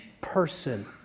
person